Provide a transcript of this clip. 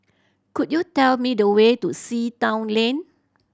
could you tell me the way to Sea Town Lane